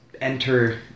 enter